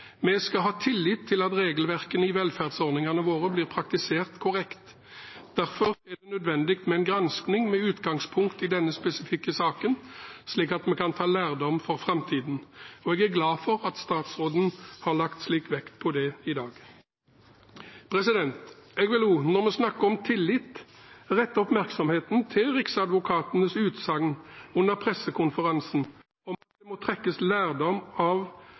Vi skal ha tillit til at regelverkene i velferdsordningene våre blir praktisert korrekt. Derfor er det nødvendig med en gransking med utgangspunkt i denne spesifikke saken, slik at vi kan ta lærdom for framtiden. Jeg er glad for at statsråden har lagt slik vekt på det i dag. Jeg vil også, når vi snakker om tillit, rette oppmerksomheten mot riksadvokatens utsagn under pressekonferansen om at det må trekkes lærdom av